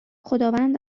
خداوند